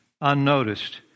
unnoticed